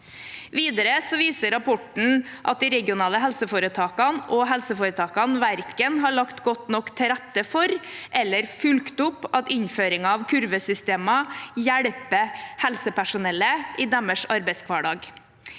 Videre viser rapporten at de regionale helseforetakene og helseforetakene verken har lagt godt nok til rette for eller fulgt opp at innføringen av kurvesystemer hjelper helsepersonellet i deres arbeidshverdag.